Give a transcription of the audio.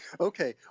Okay